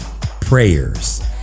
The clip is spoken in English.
prayers